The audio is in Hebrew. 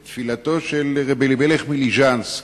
את תפילתו של רבי אלימלך מליז'נסק,